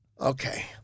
Okay